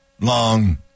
long